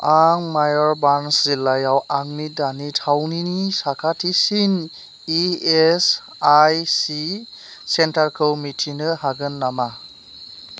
आं मायुरभान्ज जिल्लायाव आंनि दानि थावनिनि साखाथिसिन इ एस आइ सि सेन्टारखौ मिथिनो हागोन नामा